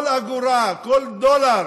כל אגורה, כל דולר,